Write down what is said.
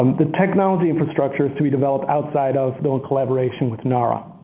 um the technology infrastructure to be developed outside of collaboration with nara.